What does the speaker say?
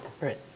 Right